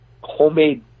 homemade